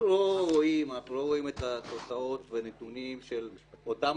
אנחנו לא רואים את התוצאות והנתונים של אותם